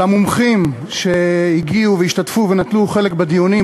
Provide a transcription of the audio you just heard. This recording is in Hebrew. למומחים שהגיעו והשתתפו ונטלו חלק בדיונים,